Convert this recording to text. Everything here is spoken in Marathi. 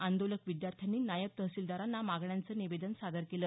आंदोलक विद्यार्थ्यांनी नायब तहसीलदारांना मागण्यांचं निवेदन सादर केलं